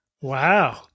Wow